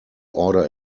order